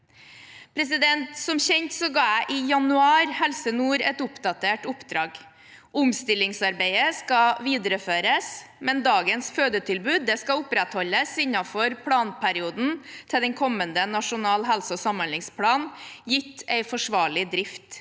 i landet. Som kjent ga jeg Helse nord et oppdatert oppdrag i januar. Omstillingsarbeidet skal videreføres, men dagens fødetilbud skal opprettholdes innenfor planperioden til kommende Nasjonal helse- og samhandlingsplan, gitt forsvarlig drift.